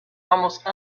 almost